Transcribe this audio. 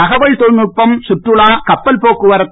தகவல் தொழில் நுட்பம் சுற்றுலா கப்பல் போக்குவரத்து